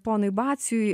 ponui baciui